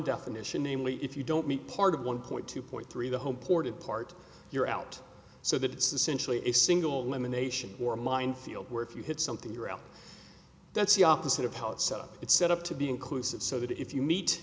definition namely if you don't meet part of one point two point three the whole ported part you're out so that it's essentially a single limitation or a minefield where if you hit something you're out that's the opposite of how it's set up it's set up to be inclusive so that if you meet